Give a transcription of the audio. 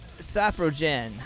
Saprogen